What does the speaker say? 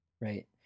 right